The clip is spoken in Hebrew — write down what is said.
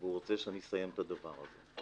והוא רוצה שאני אסיים את הדבר הזה,